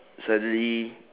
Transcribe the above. suddenly